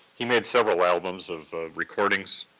he made several albums of recordings,